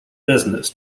business